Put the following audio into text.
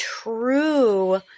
true